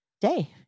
day